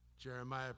Jeremiah